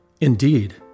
Indeed